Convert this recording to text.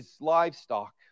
livestock